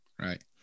Right